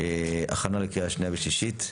הכנה לקריאה שנייה ושלישית.